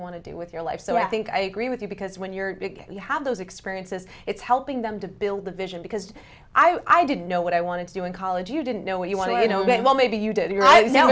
want to do with your life so i think i agree with you because when you're big you have those experiences it's helping them to build the vision because i didn't know what i wanted to do in college you didn't know what you want to you know what maybe you did